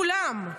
כולם.